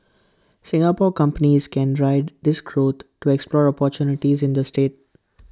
Singapore companies can ride this cord to explore opportunities in the state